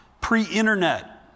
pre-internet